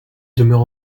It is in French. demeure